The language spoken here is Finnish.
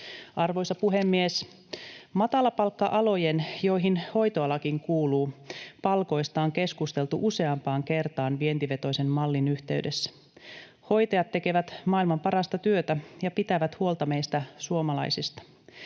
Arvoisa puhemies! Matalapalkka-alojen, joihin hoitoalakin kuuluu, palkoista on keskusteltu useampaan kertaan vientivetoisen mallin yhteydessä. Hoitajat tekevät maailman parasta työtä ja pitävät huolta meistä suomalaisista.